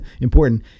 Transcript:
important